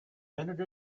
minute